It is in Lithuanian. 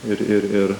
ir ir